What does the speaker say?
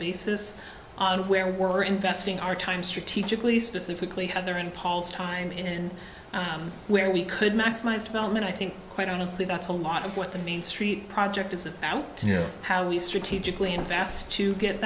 basis where we're investing our time strategically specifically have there in paul's time and where we could maximize development i think quite honestly that's a lot of what the main street project is about how we strategically invest to get